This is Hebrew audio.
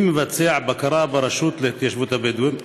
1. מי מבצע בקרה ברשות להתיישבות הבדואים?